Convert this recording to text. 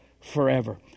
forever